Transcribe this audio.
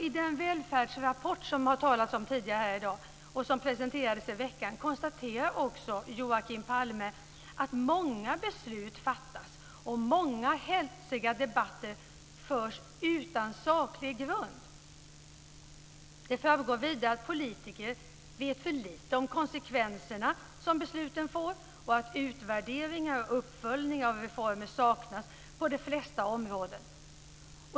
I den välfärdsrapport som det har talats om tidigare här i dag och som presenterades i veckan konstaterar också Joakim Palme att många beslut fattas och många hetsiga debatter förs utan saklig grund. Det framgår vidare att politiker vet för lite om de konsekvenser besluten får och att utvärderingar och uppföljningar av reformer saknas på de flesta områden.